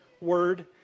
word